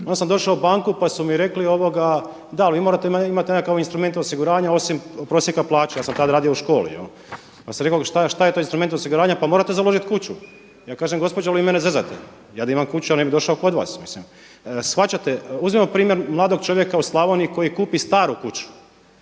onda sam došao u banku pa su mi rekli, da ali vi morate imati nekakav instrument osiguranja osim prosjeka plaće. Ja sam tada radio u školi. Pa sam rekao šta je to instrument osiguranja? Pa morate založit kuću. Ja kažem gospođo jel' vi mene zezate? Ja da imam kuću ja ne bih došao kod vas. Mislim shvaćate? Uzmimo primjer mladog čovjeka u Slavoniji koji kupi staru kuću,